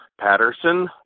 Patterson